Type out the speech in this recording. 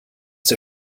der